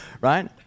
right